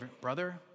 brother